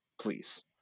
Please